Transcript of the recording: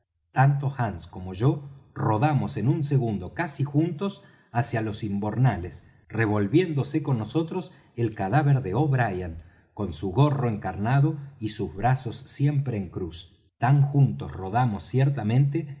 tanto hands como yo rodamos en un segundo casi juntos hacia los imbornales revolviéndose con nosotros el cadáver de o'brien con su gorro encarnado y sus brazos siempre en cruz tan juntos rodamos ciertamente